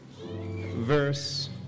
verse